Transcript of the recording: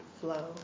flow